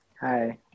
hi